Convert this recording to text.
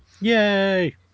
Yay